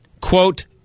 quote